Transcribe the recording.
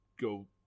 go